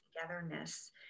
togetherness